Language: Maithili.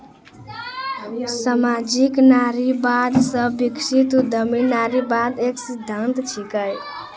सामाजिक नारीवाद से विकसित उद्यमी नारीवाद एक सिद्धांत छिकै